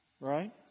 Right